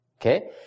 Okay